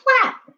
flat